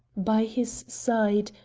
by his side,